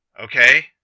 Okay